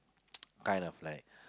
kind of like